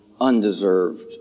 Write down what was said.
undeserved